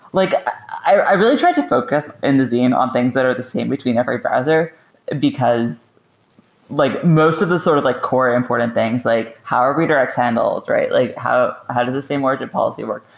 like i i really try to focus in the zine on things that are the same between every browser because like most of the sort of like core important things, like how are redirects handled? like how how do the same origin policy work?